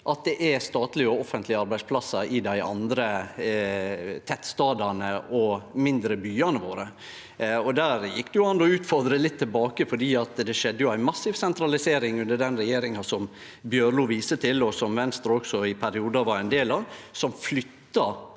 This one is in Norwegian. at det er statlege og offentlege arbeidsplassar i dei andre tettstadene og mindre byane våre. Der går det an å utfordre litt tilbake, for det skjedde jo ei massiv sentralisering under den regjeringa som Bjørlo viser til, og som Venstre også i periodar var ein del av, ved at